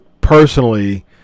personally